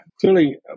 Clearly